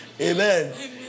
amen